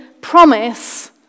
promise